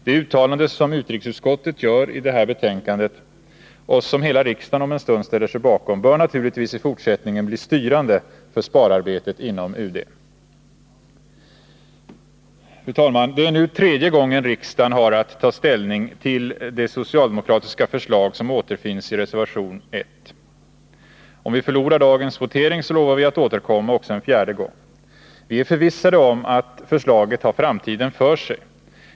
Det uttalande som utrikesutskottet gör i det här betänkandet och som hela riksdagen om en stund ställer sig bakom bör naturligtvis i fortsättningen bli styrande för spararbetet inom UD. Fru talman! Det är nu tredje gången riksdagen har att ta ställning till de socialdemokratiska förslag som återfinns i reservation 1. Om vi förlorar dagens votering, så lovar vi att återkomma också en fjärde gång. Vi är förvissade om att förslaget har framtiden för sig.